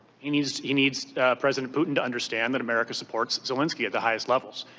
he needs he needs president putin to understand that america supports zelensky at the highest levels.